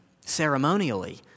ceremonially